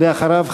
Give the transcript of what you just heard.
ואחריו,